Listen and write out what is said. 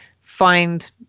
find